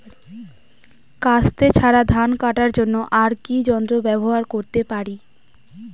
কাস্তে ছাড়া ধান কাটার জন্য আর কি যন্ত্র ব্যবহার করতে পারি?